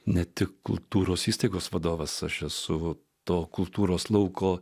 ne tik kultūros įstaigos vadovas aš esu to kultūros lauko